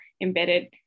embedded